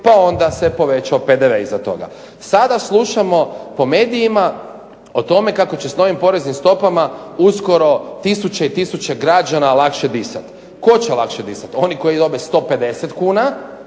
pa onda se povećao PDV poslije toga. Sada slušamo po medijima o tome kako će s novim poreznim stopama uskoro tisuće i tisuće građana lakše disati. Tko će lakše disati? Oni koji dobe 150 kuna